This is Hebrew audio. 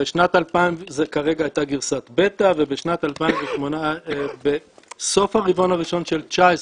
זו כרגע הייתה גרסת ביתא ובסוף הרבעון הראשון של 19'